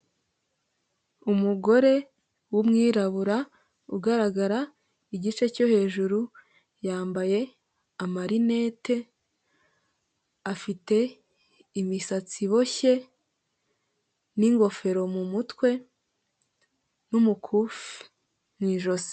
Umugore w'umwirabura ugaragara igice cyo hejuru yambaye amarinete, afite imisatsi iboshye, n'ingofero mu mutwe n'umukufi mu ijosi.